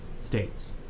States